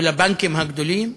או לבנקים הגדולים,